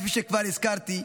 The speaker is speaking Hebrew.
כפי שכבר הזכרתי,